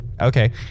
okay